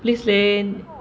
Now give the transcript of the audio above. please leh